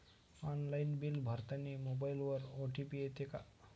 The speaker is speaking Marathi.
ऑनलाईन बिल भरतानी मोबाईलवर ओ.टी.पी येते का?